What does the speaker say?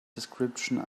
description